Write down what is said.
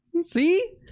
see